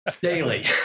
Daily